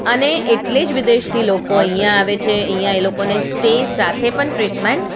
અને એટલે જ વિદેશથી લોકો અહીંયા આવે છે અહીંયા એ લોકોને સ્ટે સાથે પણ ટ્રીટમેન્ટ